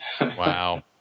Wow